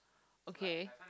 okay